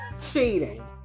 cheating